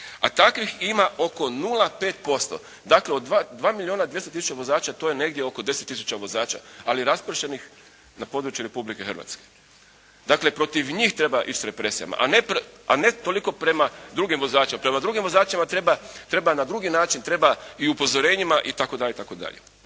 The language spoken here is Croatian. a takvih ima oko 0,5. Dakle od 2 milijuna i 200 tisuća vozača, to je negdje oko 10 tisuća vozača, ali raspršenih na području Republike Hrvatske. Dakle protiv njih treba ići sa represijama, a ne toliko prema drugim vozačima. Prema drugim vozačima treba na drugi način, treba i upozorenjima itd. itd.